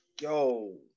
Yo